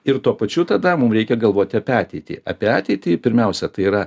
ir tuo pačiu tada mum reikia galvoti apie ateitį apie ateitį pirmiausia tai yra